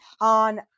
on